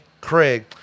Craig